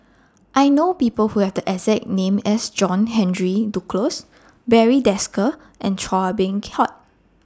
I know People Who Have The exact name as John Henry Duclos Barry Desker and Chua Beng Huat